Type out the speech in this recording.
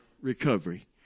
recovery